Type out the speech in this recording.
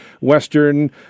Western